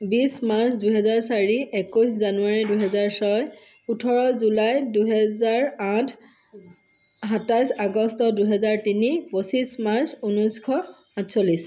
বিছ মাৰ্চ দুহেজাৰ চাৰি একৈছ জানুৱাৰী দুহেজাৰ ছয় ওঠৰ জুলাই দুহেজাৰ আঠ সাতাইছ আগষ্ট দুহেজাৰ তিনি পঁচিছ মাৰ্চ ঊনৈছশ আঠচল্লিছ